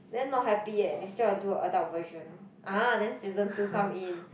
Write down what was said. then not eh happy they still are do adult version ah then season two come in